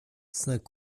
saint